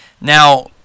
Now